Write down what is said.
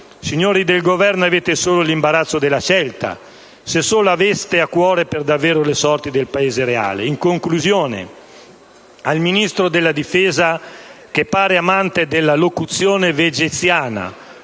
Signori del Governo, avete solo l'imbarazzo della scelta, se solo aveste a cuore per davvero le sorti del Paese reale. In conclusione, al Ministro della difesa, che pare amante della locuzione vegeziana,